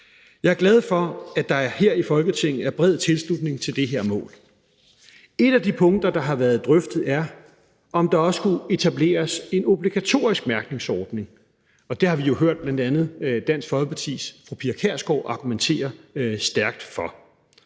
Jeg er glad for, at der her i Folketinget er bred tilslutning til det her mål. Et af de punkter, der har været drøftet, er, om der også skulle etableres en obligatorisk mærkningsordning, og det har vi jo hørt bl.a. Dansk Folkepartis fru Pia Kjærsgaard argumentere stærkt for.